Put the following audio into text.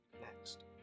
next